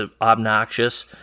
obnoxious